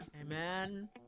Amen